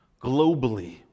globally